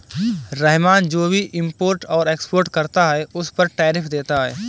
रहमान जो भी इम्पोर्ट और एक्सपोर्ट करता है उस पर टैरिफ देता है